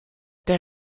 der